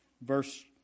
verse